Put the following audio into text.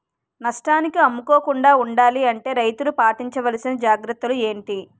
నష్టానికి అమ్ముకోకుండా ఉండాలి అంటే రైతులు పాటించవలిసిన జాగ్రత్తలు ఏంటి